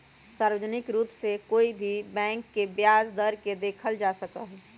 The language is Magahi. सार्वजनिक रूप से कोई भी बैंक के ब्याज दर के देखल जा सका हई